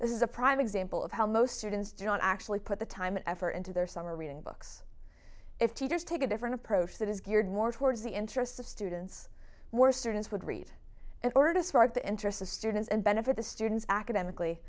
this is a prime example of how most students do not actually put the time and effort into their summer reading books if teachers take a different approach that is geared more towards the interests of students more students would read in order to spark the interest of students and benefit the students academically